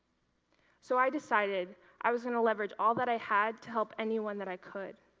so, i decided i was going to leverage all that i had to help anyone that i could.